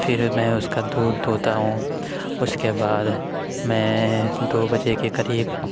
پھر میں اس کا دودھ دوہتا ہوں اس کے بعد میں دو بجے کے قریب